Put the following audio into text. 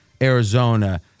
Arizona